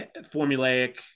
formulaic